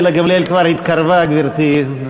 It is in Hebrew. גילה גמליאל כבר התקרבה, גברתי.